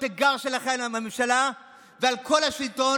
התיגר שלכם על הממשלה ועל כל השלטון,